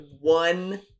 one